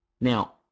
Now